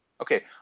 Okay